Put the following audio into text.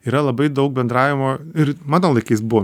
yra labai daug bendravimo ir mano laikais buvo